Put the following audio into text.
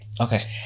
Okay